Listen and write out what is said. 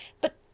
But